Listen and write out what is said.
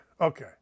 Okay